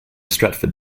strafford